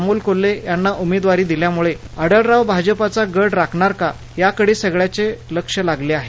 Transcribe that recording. अमोल कोल्हे यांना उमेदवारी दिल्यामुळे आढळराव भाजपाचा गड राखणार का याकडे सगळ्याचे लक्ष लागले आहे